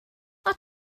are